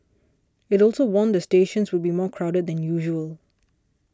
it also warned that stations would be more crowded than usual